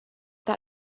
but